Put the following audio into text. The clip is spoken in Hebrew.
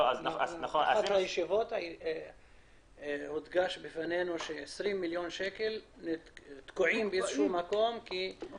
באחת הישיבות הודגש בפנינו ש-20 מיליון שקל תקועים ולא